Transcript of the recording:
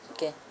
okay